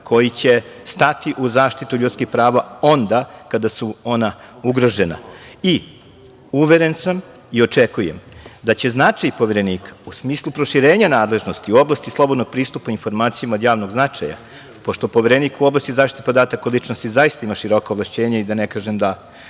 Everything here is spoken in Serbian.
koji će stati u zaštitu ljudskih prava onda kada su ona ugrožena. Uveren sam i očekujem da značaj Poverenika, u smislu proširenja nadležnosti u oblasti slobodnog pristupa informacijama od javnog značaja, pošto Poverenik u oblasti zaštite podataka o ličnosti, zaista ima široka ovlašćenja i da ne kažem da